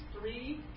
three